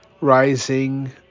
rising